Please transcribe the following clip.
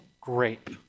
great